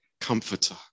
comforter